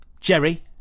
Jerry